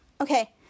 Okay